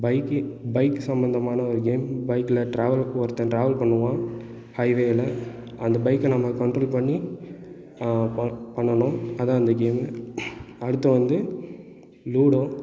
bike bike சம்மந்தமான ஒரு game பைக்கில் ட்ராவெல் போகிறது ட்ராவெல் பண்ணுவான் ஹை வேல அந்த பைக்கில் நம்ம கண்ட்ரோல் பண்ணி ஆ பண்ணணும் அதுதான் அந்த கேமு அடுத்து வந்து லூடோ